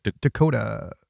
Dakota